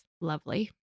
lovely